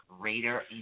greater